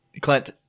Clint